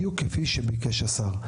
בדיוק כפי שביקש השר.